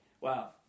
wow